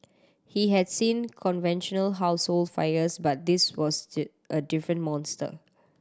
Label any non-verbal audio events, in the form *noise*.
he had seen conventional household fires but this was *unintelligible* a different monster